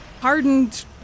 hardened